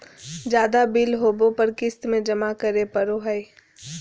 ज्यादा बिल होबो पर क़िस्त में जमा करे पड़ो हइ